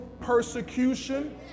persecution